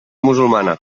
musulmana